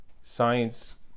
science